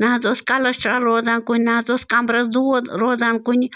نہٕ حظ اوس کَلَسٹرٛال روزان کُنہِ نہٕ حظ اوس کَمرَس دوٗد روزان کُنہِ